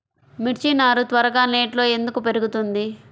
మిర్చి నారు త్వరగా నెట్లో ఎందుకు పెరుగుతుంది?